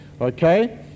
Okay